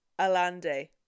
Alande